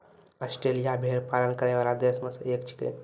Australia भेड़ पालन करै वाला देश म सें एक छिकै